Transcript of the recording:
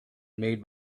made